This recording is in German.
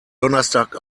donnerstag